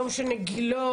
לא משנה גילו,